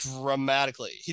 dramatically